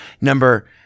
number